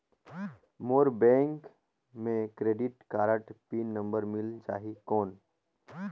मोर bank मे credit card pin number मिल जाहि कौन?